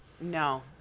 No